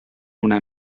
una